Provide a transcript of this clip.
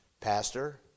Pastor